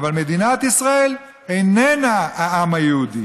אבל מדינת ישראל איננה העם היהודי,